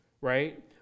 right